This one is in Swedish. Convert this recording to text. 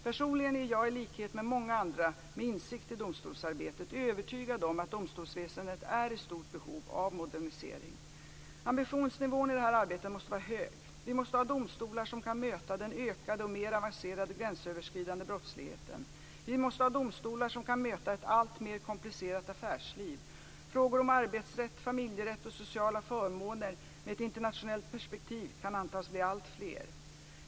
Personligen är jag, i likhet med många andra med insikt i domstolsarbetet, övertygad om att domstolsväsendet är i stort behov av modernisering. Ambitionsnivån i detta arbete måste vara hög. Vi måste ha domstolar som kan möta den ökade och mer avancerade gränsöverskridande brottsligheten. Vi måste ha domstolar som kan möta ett alltmer komplicerat affärsliv. Frågor om arbetsrätt, familjerätt och sociala förmåner med ett internationellt perspektiv kan antas bli alltfler.